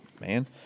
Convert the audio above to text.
man